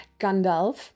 gandalf